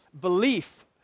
belief